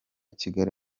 kigali